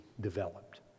developed